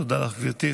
תודה לך, גברתי.